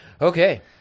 Okay